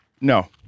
No